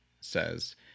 says